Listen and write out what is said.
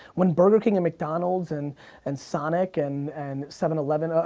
when burger king and mcdonald's and and sonic, and and seven eleven,